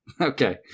Okay